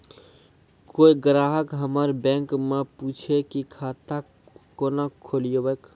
कोय ग्राहक हमर बैक मैं पुछे की खाता कोना खोलायब?